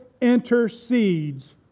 intercedes